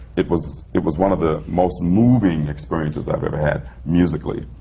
it was it was one of the most moving experiences i've ever had, musically,